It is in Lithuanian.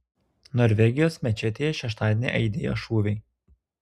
norvegijos mečetėje šeštadienį aidėjo šūviai